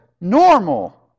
normal